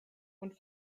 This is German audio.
und